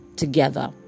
together